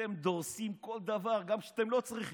אתם דורסים כל דבר גם כשאתם לא צריכים.